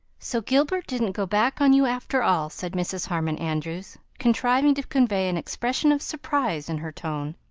so gilbert didn't go back on you after all, said mrs. harmon andrews, contriving to convey an expression of surprise in her tone.